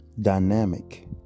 dynamic